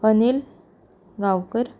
Anil Gaonkar